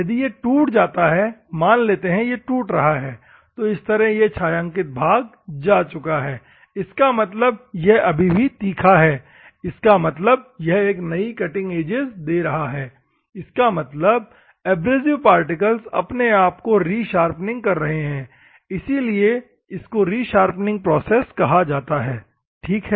यदि यह टूट जाता है मान लेते है यह टूट रहा है तो इस तरह यह छायांकित भाग जा चूका है इसका मतलब यह अभी भी तीखा है इसका मतलब यह एक नयी कटिंग एजेस दे रहा है इसका मतलब एब्रेसिव पार्टिकल्स अपने आप की री शार्पनिंग कर रहे है इसीलिए इस को री शार्पनिंग प्रोसेस कहा जाता हैं ठीक है